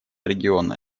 региона